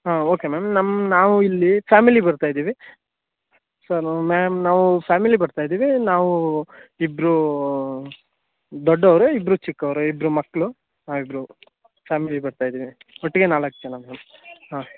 ಹಾಂ okay ma'am ನಮ್ಮ ನಾವು ಇಲ್ಲಿ ಫ್ಯಾಮಿಲಿ ಬರ್ತಾ ಇದ್ದೀವಿ ಸರ್ ನಾವು ಮ್ಯಾಮ್ ನಾವು ಫ್ಯಾಮಿಲಿ ಬರ್ತಾ ಇದ್ದೀವಿ ನಾವು ಇಬ್ಬರು ದೊಡ್ಡವರು ಇಬ್ಬರು ಚಿಕ್ಕವರು ಇಬ್ಬರು ಮಕ್ಕಳು ನಾವಿಬ್ಬರು ಫ್ಯಾಮಿಲಿ ಬರ್ತಾ ಇದ್ದೀವಿ ಒಟ್ಟಿಗೆ ನಾಲ್ಕು ಜನ ಮ್ಯಾಮ್ ಹಾಂ